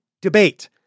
debate